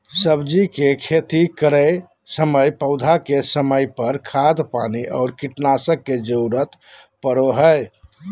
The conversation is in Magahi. सब्जी के खेती करै समय पौधा के समय पर, खाद पानी और कीटनाशक के जरूरत परो हइ